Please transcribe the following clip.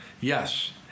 Yes